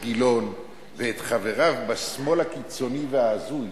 גילאון ואת חבריו בשמאל הקיצוני וההזוי